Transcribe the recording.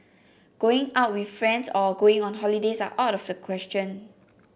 going out with friends or going on holidays are out of the question